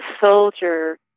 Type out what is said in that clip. soldier